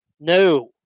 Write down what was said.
No